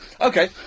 okay